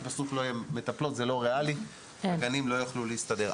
כי זה לא ריאלי וגנים לא יוכלו להסתדר.